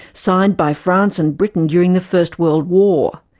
signed by france and britain during the first world war.